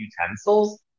utensils